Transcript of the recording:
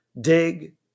dig